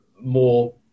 more